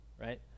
Right